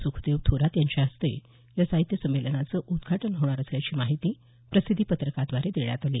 सुखदेव थोरात यांच्या हस्ते या साहित्य संमेलनाचे उद्घाटन होणार असल्याची माहिती प्रसिध्दी पत्रकाद्वारे देण्यात आली